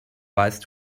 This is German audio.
weißt